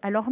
alors